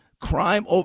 crime